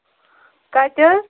کَتہِ حظ